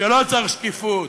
שלא צריך שקיפות?